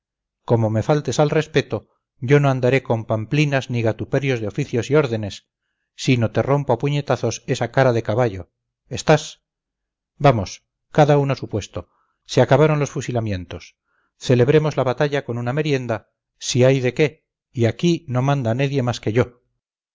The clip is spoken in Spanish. como me faltes al respeto yo no andaré con pamplinas ni gatuperios de oficios y órdenes sino te rompo a puñetazos esa cara de caballo estás vamos cada uno a su puesto se acabaron los fusilamientos celebremos la batalla con una merienda si hay de qué y aquí no manda nadie más que yo